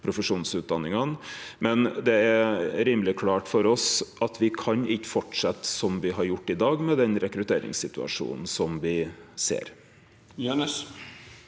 profesjonsutdanningane, men det er rimeleg klart for oss at me ikkje kan fortsetje som me har gjort i dag, med den rekrutteringssituasjonen me ser.